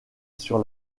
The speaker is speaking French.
sur